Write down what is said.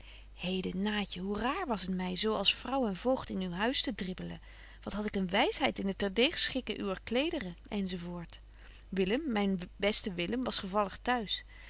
heden naatje hoe raar was het my zo als betje wolff en aagje deken historie van mejuffrouw sara burgerhart vrouw en voogd in uw huis te dribbelen wat had ik een wysheid in het terdeeg schikken uwer klederen enz willem myn beste willem was gevallig t'huis